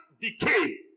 decay